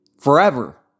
forever